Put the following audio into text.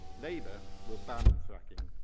labour will ban and fracking.